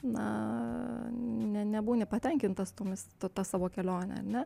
na ne nebūni patenkintas tomis ta savo kelione ne